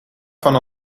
van